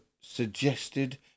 suggested